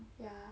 ya